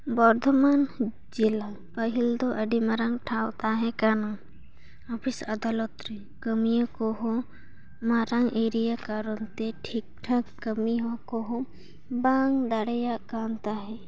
ᱵᱚᱨᱫᱷᱚᱢᱟᱱ ᱡᱮᱞᱟ ᱯᱟᱹᱦᱤᱞ ᱫᱚ ᱟᱹᱰᱤ ᱢᱟᱨᱟᱝ ᱴᱷᱟᱶ ᱛᱟᱦᱮᱸ ᱠᱟᱱᱟ ᱚᱯᱷᱤᱥ ᱟᱫᱟᱞᱚᱛ ᱨᱮ ᱠᱟᱹᱢᱟᱹᱭᱟᱹ ᱠᱚᱦᱚᱸ ᱢᱟᱨᱟᱝ ᱮᱨᱤᱭᱟ ᱠᱟᱨᱚᱱ ᱛᱮ ᱴᱷᱤᱠ ᱴᱷᱟᱠ ᱠᱟᱹᱢᱤ ᱠᱚᱦᱚᱸ ᱵᱟᱝ ᱫᱟᱲᱮᱭᱟᱜ ᱠᱟᱱ ᱛᱟᱦᱮᱫ